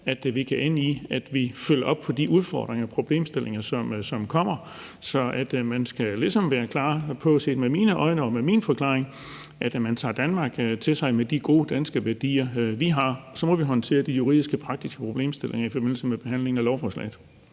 at vi kan ende i, at vi følger op på de udfordringer og problemstillinger, som kommer. Man skal, set med mine øjne og med min forklaring, ligesom være klar på at tage Danmark til sig med de gode danske værdier, vi har. Så må vi håndtere de juridiske og praktiske problemstillinger i forbindelse med behandlingen af lovforslaget.